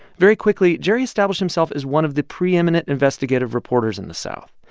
very quickly, jerry established himself as one of the preeminent investigative reporters in the south.